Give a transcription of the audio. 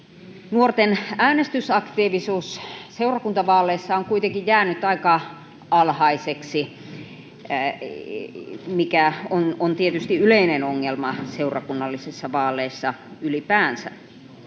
nuorten äänestysaktiivisuus seurakuntavaaleissa on kuitenkin jäänyt aika alhaiseksi, mikä on tietysti yleinen ongelma seurakunnallisissa vaaleissa ylipäänsä.